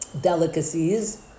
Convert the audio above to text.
delicacies